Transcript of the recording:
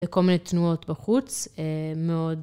וכל מיני תנועות בחוץ מאוד.